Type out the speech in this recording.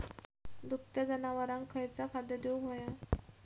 दुभत्या जनावरांका खयचा खाद्य देऊक व्हया?